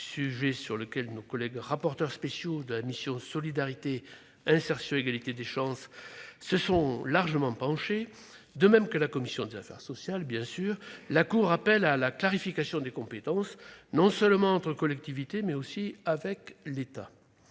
sujet sur lequel nos collègues rapporteurs spéciaux de la mission « Solidarité, insertion et égalité des chances » se sont largement penchés- la commission des affaires sociales a fait de même -, la Cour appelle à la clarification des compétences non seulement entre collectivités, mais aussi avec l'État.